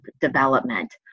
development